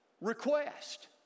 request